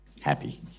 happy